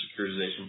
securitization